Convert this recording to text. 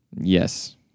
yes